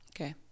Okay